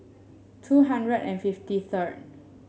two hundred and fifty third